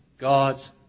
God's